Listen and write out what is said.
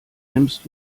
nimmst